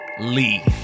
Lee